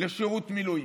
לשירות מילואים.